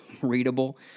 readable